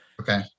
Okay